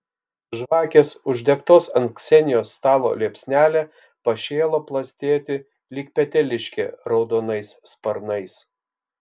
žvakės uždegtos ant ksenijos stalo liepsnelė pašėlo plastėti lyg peteliškė raudonais sparnais